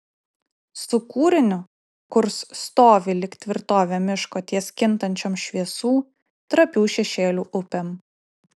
su kūriniu kurs stovi lyg tvirtovė miško ties kintančiom šviesų trapių šešėlių upėm